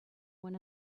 one